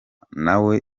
nawe